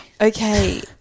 okay